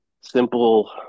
simple